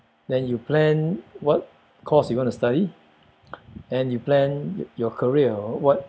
then you plan what course you want to study and you plan your career what